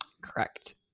Correct